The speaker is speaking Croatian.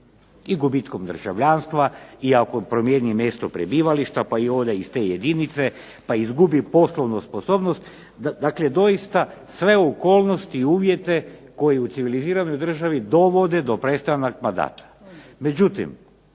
i gubitkom državljanstva i ako promijeni mjesto prebivališta pa i ode iz te jedinice, pa izgubi poslovnu sposobnost. Dakle, doista sve okolnosti i uvjete koji u civiliziranoj državi dovode do prestanka mandata.